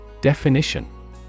Definition